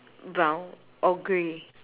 brown or grey